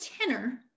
tenor